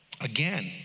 again